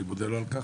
אני מודה לו על כך.